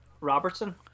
Robertson